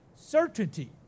certainty